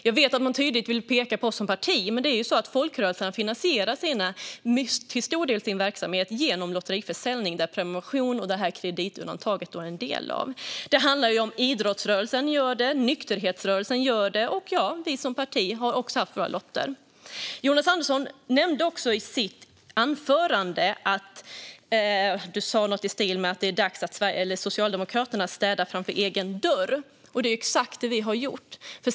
Jag vet att man tydligt vill peka på oss som parti, men folkrörelserna finansierar ju till stor del sin verksamhet genom lottförsäljning, där prenumeration och det här kreditundantaget ingår. Idrottsrörelsen gör detta. Nykterhetsrörelsen gör det. Och, ja, vi som parti har också haft våra lotter. Jonas Andersson sa något i stil med att det är dags att Socialdemokraterna städar framför egen dörr. Det är exakt det vi har gjort.